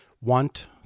want